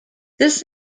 this